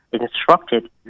instructed